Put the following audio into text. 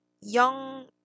young